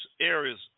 areas